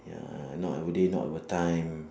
ya not our day not our time